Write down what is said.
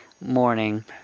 morning